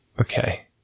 Okay